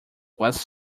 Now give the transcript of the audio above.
was